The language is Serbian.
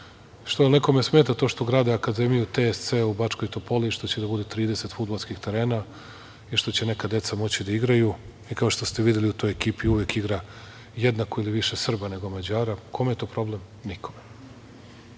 li nekom smeta što grade Akademiju TSC u Bačkoj Topoli i što će da bude 30 fudbalskih terena i što će neka deca moći da igraju? Kao što ste videli, u toj ekipi uvek igra jednako ili više Srba nego Mađara. Kome je to problem? Nikome. Super,